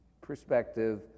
perspective